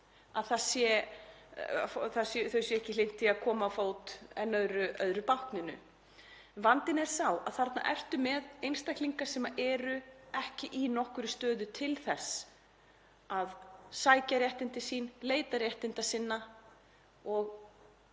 þau séu ekki hlynnt því að koma á fót enn öðru bákninu. Vandinn er sá að þarna ertu með einstaklinga sem eru ekki í nokkurri stöðu til þess að sækja réttindi sín, leita réttinda sinna og